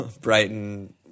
Brighton